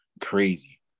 crazy